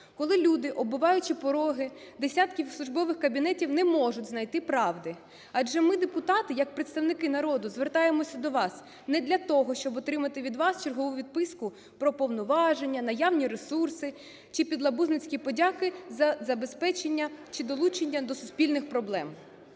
коли люди, оббиваючи пороги десятків службових кабінетів, не можуть знайти правди? Адже ми, депутати, як представники народу, звертаємося до вас не для того, щоб отримати від вас чергову відписку про повноваження, наявні ресурси чи підлабузницькі подяки за забезпечення чи долучення до суспільних проблем.